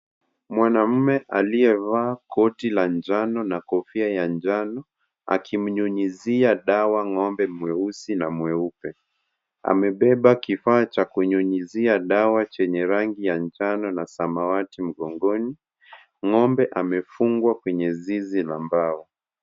Mwanaume aliyevaa koti la njano na kofia ya njano akimnyunyizia dawa ng'ombe mweusi na mweupe. Amebeba kifaa cha kunyunyizia dawa chenye rangi ya njano na samawati mgongoni Ng'ombe amefungwa kwenye zizi la mbao.